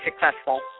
successful